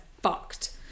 fucked